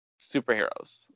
superheroes